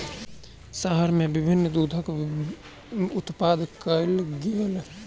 शहर में विभिन्न दूधक उत्पाद के व्यापार कयल गेल